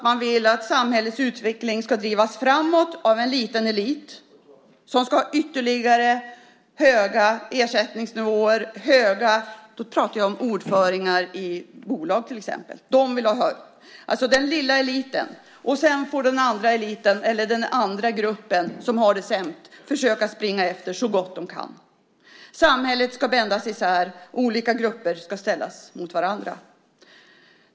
Man vill att samhällets utveckling ska drivas framåt av en liten elit som ska ha ännu högre ersättningsnivåer. Då pratar jag om ordförande i bolag till exempel, alltså den lilla eliten. Sedan får den andra gruppen, som har det sämst, försöka springa efter så gott de kan. Samhället ska bändas isär, olika grupper ska ställas mot varandra.